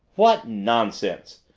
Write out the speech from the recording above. what nonsense!